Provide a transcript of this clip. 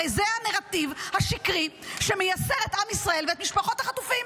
הרי זה הנרטיב השקרי שמייסר את עם ישראל ואת משפחת החטופים.